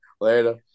Later